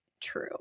true